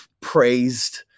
praised